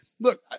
Look